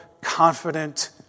confident